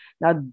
Now